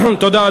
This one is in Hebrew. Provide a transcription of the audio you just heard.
תודה.